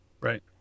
right